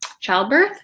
childbirth